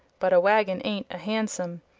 but a waggon ain't a hansom.